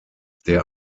der